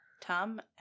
Tom